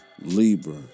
Libra